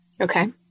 Okay